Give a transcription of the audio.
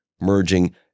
merging